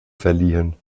verliehen